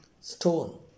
stone